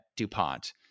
DuPont